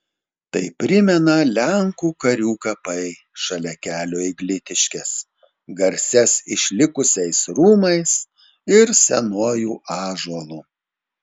tai primena lenkų karių kapai šalia kelio į glitiškes garsias išlikusiais rūmais ir senuoju ąžuolu